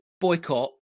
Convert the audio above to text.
boycott